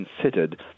considered